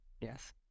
yes